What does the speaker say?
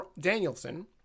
Danielson